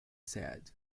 said